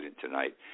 tonight